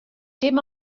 dim